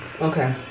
okay